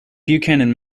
buchanan